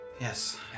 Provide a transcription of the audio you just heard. Yes